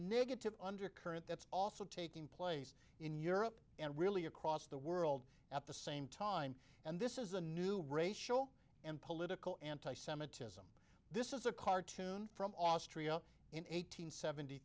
negative undercurrent that's also taking place in europe and really across the world at the same time and this is a new racial and political anti semitism this is a cartoon from austria in eight hundred seventy